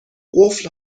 قفل